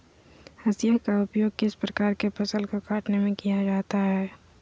हाशिया का उपयोग किस प्रकार के फसल को कटने में किया जाता है?